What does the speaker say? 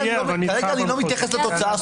כרגע אני לא מתייחס לתוצאה הסופית.